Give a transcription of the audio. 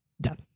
Done